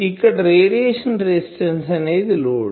ఇక్కడ radiation resistance అనేది load